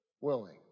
willing